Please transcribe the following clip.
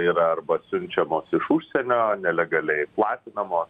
yra arba siunčiamos iš užsienio nelegaliai platinamo